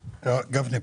גפני,